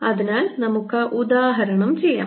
അതിനാൽ നമുക്ക് ആ ഉദാഹരണം ചെയ്യാം